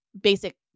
basic